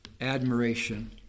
admiration